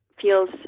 feels